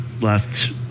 last